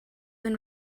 been